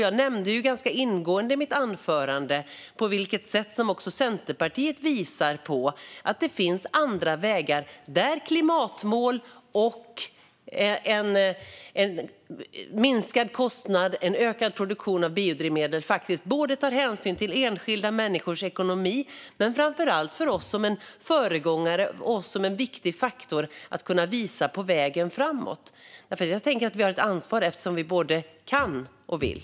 Jag tog också ganska ingående upp i mitt anförande hur Centerpartiet visar på andra vägar där både klimatmål och en minskad kostnad för och ökad produktion av biodrivmedel tar hänsyn till enskilda människors ekonomi. Framför allt är det också viktigt för oss som föregångare, en viktig faktor för att kunna visa vägen framåt. Jag tänker att vi har ett ansvar eftersom vi både kan och vill.